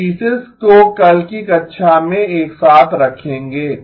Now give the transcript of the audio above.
हम पीसेस को कल की कक्षा में एक साथ रखेंगे